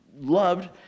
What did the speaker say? loved